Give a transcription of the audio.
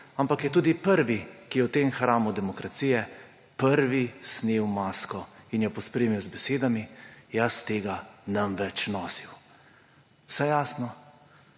ampak je tudi prvi, ki je v tem hramu demokracije snel masko in jo pospremil z besedami: »Jaz tega ne bom več nosil.« Vse jasno?